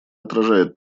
отражает